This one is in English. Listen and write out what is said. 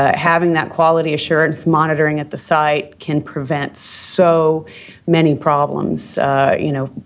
ah having that quality assurance monitoring at the site can prevent so many problems you know,